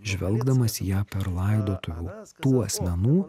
žvelgdamas į ją per laidotuvių tų asmenų